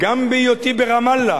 בין שאני ברמאללה